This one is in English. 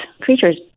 creatures